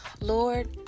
Lord